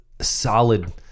solid